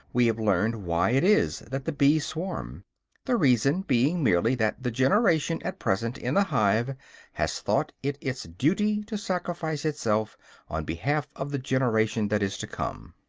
we have learned why it is that the bees swarm the reason being merely that the generation at present in the hive has thought it its duty to sacrifice itself on behalf of the generation that is to come.